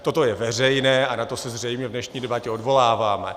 Toto je veřejné a na to se zřejmě v dnešní debatě odvoláváme.